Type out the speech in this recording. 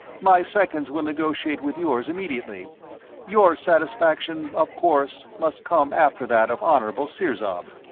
my seconds will negotiate with yours immediately your satisfaction, of course, must come after that of honorable sirzob.